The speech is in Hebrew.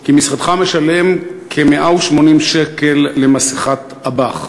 כי משרדך משלם כ-180 שקל על מסכת אב"כ.